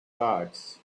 cards